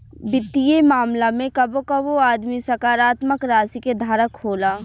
वित्तीय मामला में कबो कबो आदमी सकारात्मक राशि के धारक होला